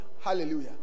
Hallelujah